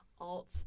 alt